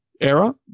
era